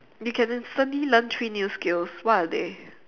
you can instantly learn three new skills what are they